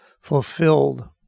fulfilled